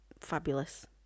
fabulous